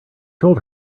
told